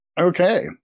Okay